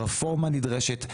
רפורמה נדרשת,